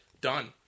done